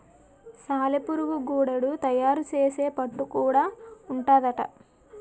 సాలెపురుగు గూడడు తయారు సేసే పట్టు గూడా ఉంటాదట